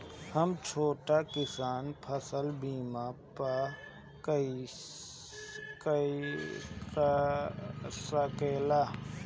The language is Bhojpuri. हा छोटा किसान फसल बीमा पा सकेला?